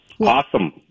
Awesome